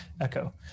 echo